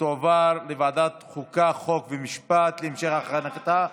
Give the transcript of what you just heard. ותועבר לוועדת החוקה, חוק ומשפט להמשך הכנתה,